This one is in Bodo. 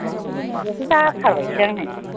बिदिबाथ' जाथारबायसो आंनो